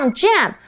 jam，